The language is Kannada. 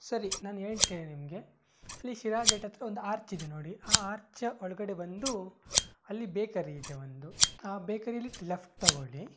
ಸರಿ ನಾನು ಹೇಳ್ತೇನೆ ನಿಮಗೆ ಅಲ್ಲಿ ಶಿರಾ ಗೇಟ್ ಹತ್ತಿರ ಒಂದು ಆರ್ಚ್ ಇದೆ ನೋಡಿ ಆ ಆರ್ಚ ಒಳಗಡೆ ಬಂದು ಅಲ್ಲಿ ಬೇಕರಿ ಇದೆ ಒಂದು ಆ ಬೇಕರಿಲಿ ಲೆಫ್ಟ್ ತೊಗೊಳ್ಳಿ